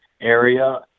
area